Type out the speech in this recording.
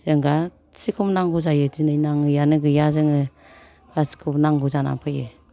जों गासिखौबो नांगौ जायो दिनै नाङैआनो गैया जोङो गासिखौबो नांगौ जानानै फैयो